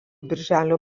birželio